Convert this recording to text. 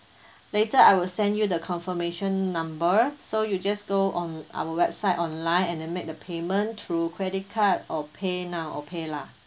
later I will send you the confirmation number so you just go on our website online and then make the payment through credit card or paynow or paylah